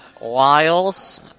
Wiles